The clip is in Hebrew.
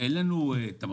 לפיה אין לנו תמחיר.